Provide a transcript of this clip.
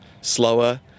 slower